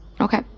Okay